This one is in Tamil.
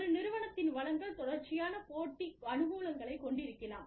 ஒரு நிறுவனத்தின் வளங்கள் தொடர்ச்சியான போட்டி அனுகூலங்களைக் கொண்டிருக்கலாம்